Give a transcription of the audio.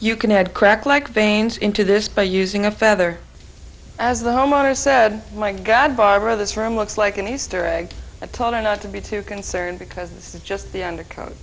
you can had cracked like veins into this by using a feather as the homeowner said my god barbara this room looks like an easter egg i told her not to be too concerned because it's just the under cover